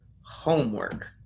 homework